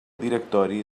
directori